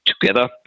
together